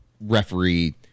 referee